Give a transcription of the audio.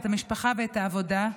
את המשפחה ואת העבודה,